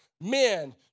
men